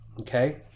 Okay